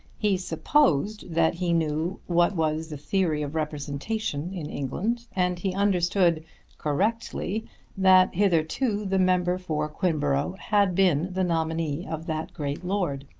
he supposed that he knew what was the theory of representation in england, and he understood correctly that hitherto the member for quinborough had been the nominee of that great lord.